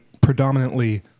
predominantly